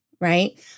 Right